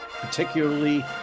particularly